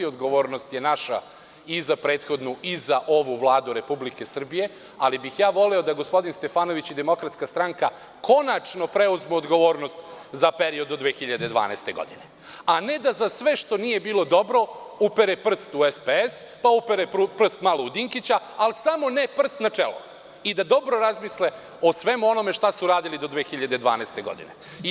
Odgovornost je naša i za prethodnu i za ovu Vladu Republike Srbije, ali bih voleo da gospodin Stefanović i DS konačno preuzmu odgovornost za period do 2012. godine, a ne da za sve što nije bilo dobro upere prst u SPS, pa upere prst u Dinkića, ali samo ne prst na čelo i da dobro razmisle o svemu onome što su radili do 2012. godine.